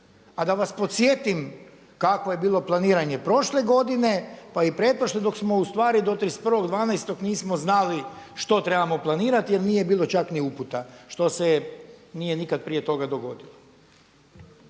A da vas podsjetim kakvo je bilo planiranje prošle godine pa i pretprošle dok smo u stvari do 31.12. nismo znali što trebamo planirati jer nije bilo čak ni uputa što se nije nikad prije toga dogodilo.